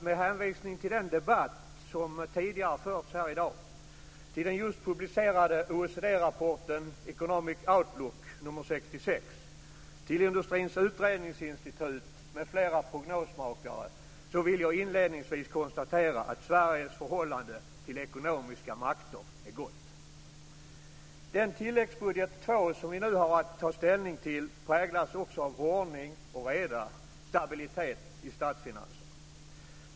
Med hänvisning till den debatt som tidigare förts här i dag, till den just publicerade Industrins utredningsinstitut m.fl. prognosmakare vill jag inledningsvis konstatera att Sveriges förhållande till ekonomiska makter är gott. Den tilläggsbudget 2 som vi nu har att ta ställning till präglas också av ordning och reda samt stabilitet i statsfinanserna.